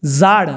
झाड